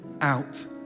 out